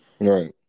right